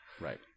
Right